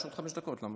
יש עוד חמש דקות.